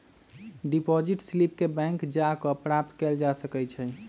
deposit slip के bank जा कऽ प्राप्त कएल जा सकइ छइ